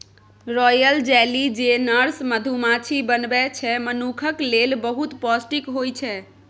royal jelly जे nurse मधुमाछी बनबै छै मनुखक लेल बहुत पौष्टिक होइ छै